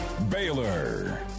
Baylor